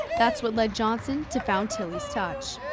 that's what led johnson to found tillies touch.